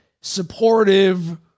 supportive